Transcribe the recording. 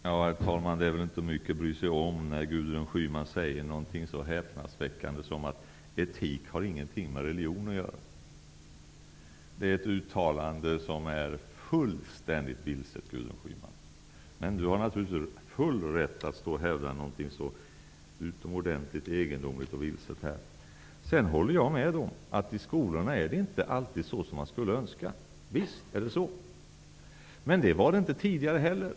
Herr talman! Det är väl inte så mycket att bry sig om när Gudrun Schyman säger någonting så häpnadsväckande som att etik inte har någonting med religion att göra. Det är ett uttalande som är fullständigt vilset, Gudrun Schyman. Men hon har naturligtvis full rätt att här hävda något så utomordentligt egendomligt och vilset. Jag håller med om att det inte alltid är så i skolorna som man skulle önska. Visst är det så. Men det var det inte tidigare heller.